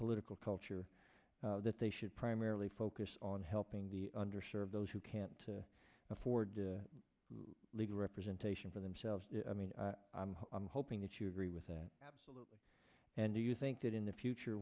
political culture that they should primarily focus on helping the under served those who can't afford legal representation for themselves i mean i'm hoping that you agree with that absolutely and do you think that in the future